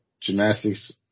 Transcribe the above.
gymnastics